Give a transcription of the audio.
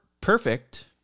perfect